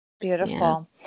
Beautiful